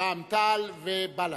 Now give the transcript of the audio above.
רע"ם-תע"ל ובל"ד.